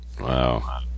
Wow